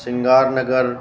Singarnagar